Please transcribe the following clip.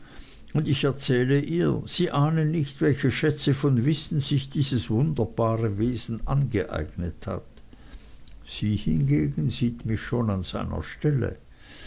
und ich erzähle ihr sie ahne nicht welche schätze von wissen sich dieses wunderbare wesen angeeignet hat sie hingegen sieht mich schon an seiner stelle